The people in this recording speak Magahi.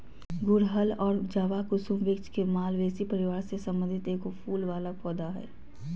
गुड़हल और जवाकुसुम वृक्ष के मालवेसी परिवार से संबंधित एगो फूल वला पौधा हइ